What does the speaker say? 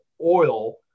oil